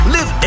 Live